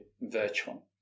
virtual